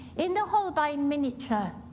in the holbein minature,